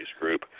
group